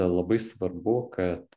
labai svarbu kad